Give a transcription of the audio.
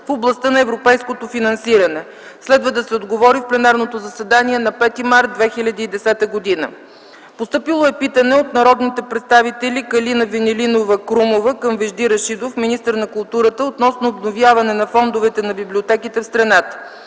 в областта на европейското финансиране. Следва да се отговори в пленарното заседание на 5 март 2010 г. Питане от народния представител Калина Венелинова Крумова към Вежди Рашидов, министър на културата, относно обновяване на фондовете на библиотеките в страната.